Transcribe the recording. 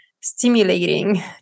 stimulating